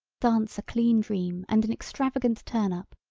dance a clean dream and an extravagant turn up,